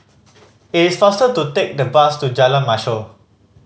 it is faster to take the bus to Jalan Mashhor